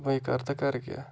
بٔے کَرٕ تہٕ کَرٕ کیٛاہ